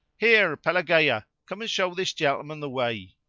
here, pelagea! come and show this gentleman the way.